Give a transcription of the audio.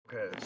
Okay